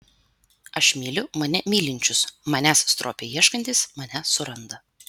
aš myliu mane mylinčius manęs stropiai ieškantys mane suranda